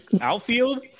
outfield